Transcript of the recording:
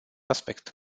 aspect